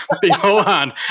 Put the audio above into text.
beforehand